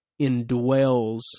indwells